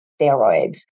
steroids